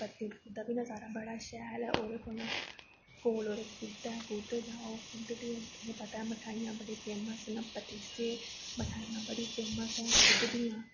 उद्धरा दा नजारा बड़ा शैल ऐ ओह्दे कोला कुद्द ऐ कुद्द जाओ कुद्द दी मठाइयां बड़ियां फेमस न पतीसे मठाइयां बड़ियां फेमस न कुद्द दियां